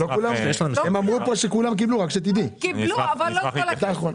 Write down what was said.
קיבלו, אבל לא את כל הכסף.